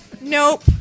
nope